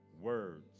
Words